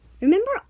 Remember